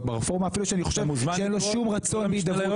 ברפורמה אפילו שאני חושב שאין לו שום רצון להידבר.